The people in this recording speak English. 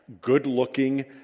good-looking